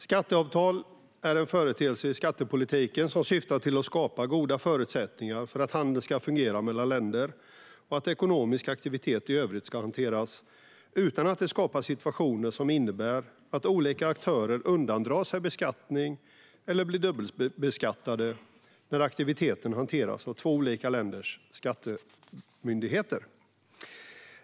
Skatteavtal är en företeelse i skattepolitiken som syftar till att skapa goda förutsättningar för att handeln ska fungera mellan länder och att ekonomisk aktivitet i övrigt kan hanteras, utan att det skapas situationer som innebär att olika aktörer undandrar sig beskattning eller blir dubbelbeskattade när aktiviteten hanteras av två olika länders skattemyndigheter.